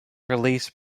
release